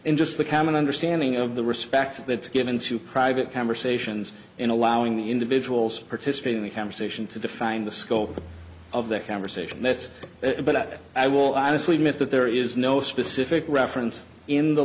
in just the common understanding of the respect that is given to private conversations in allowing the individuals participate in the conversation to define the scope of the conversation that's it but i will honestly admit that there is no specific reference in the